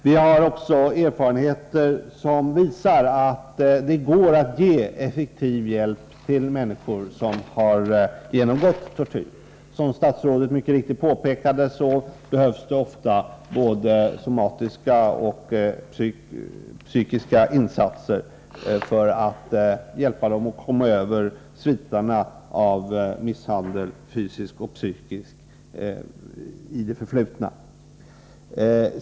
Vi har också erfarenheter som visar att det går att ge effektiv hjälp till människor som har genomgått tortyr. Som statsrådet mycket riktigt påpekade behövs det ofta både somatiska och psykiska insatser för att hjälpa dem att komma över sviterna av misshandel, fysisk och psykisk, i det förflutna.